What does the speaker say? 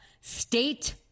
state